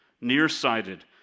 nearsighted